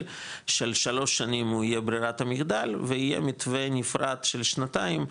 של שלוש שנים הוא יהיה ברירת המחדל ויהיה מתווה נפרד של שנתיים,